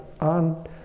on